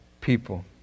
people